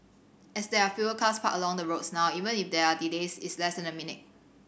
as there are fewer cars parked along the roads now even if there are delays it's less than a minute